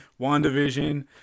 wandavision